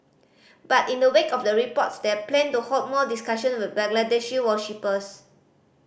but in the wake of the reports they plan to hold more discussions with Bangladeshi worshippers